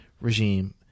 regime